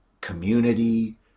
community